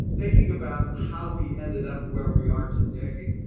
thinking about how we ended up where we are today